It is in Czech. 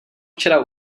včera